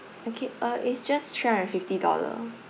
okay uh it's just three hundred and fifty dollar